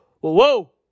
whoa